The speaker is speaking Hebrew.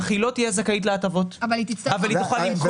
אך היא לא תהיה זכאית להטבות אבל היא תוכל למכור.